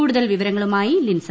കൂടുതൽ വിവരങ്ങളുമായി ലിൻസ